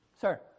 Sir